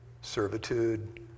servitude